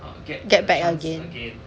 get back again